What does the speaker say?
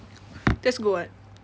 that's good [what]